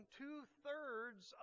two-thirds